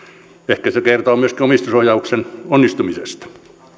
ehkä se kertoo myöskin omistusohjauksen onnistumisesta